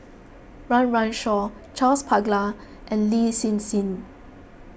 Run Run Shaw Charles Paglar and Lin Hsin Hsin